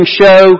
show